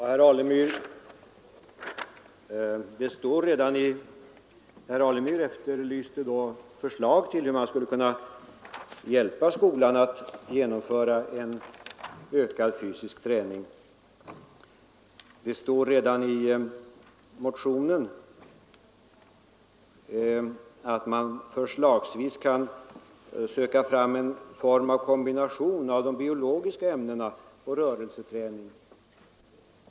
Herr talman! Herr Alemyr efterlyste förslag till hur man skulle kunna hjälpa skolan att genomföra en ökad fysisk träning. Det står redan i motionen att man förslagsvis kan söka en form av kombination av de biologiska ämnena och rörelseträning.